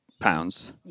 pounds